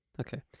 Okay